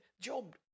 Job